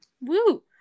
Woo